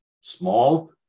small